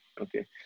okay